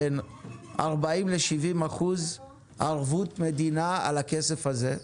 בין 40% ל-70% ערבות מדינה על הכסף הזה.